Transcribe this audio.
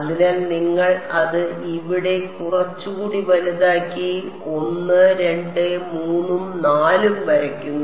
അതിനാൽ നിങ്ങൾ അത് ഇവിടെ കുറച്ചുകൂടി വലുതാക്കി 1 2 3 ഉം 4 ഉം വരയ്ക്കുന്നു